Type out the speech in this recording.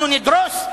אנחנו נדרוס,